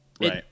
Right